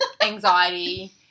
anxiety